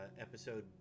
episode